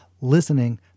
Listening